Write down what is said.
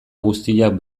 guztiak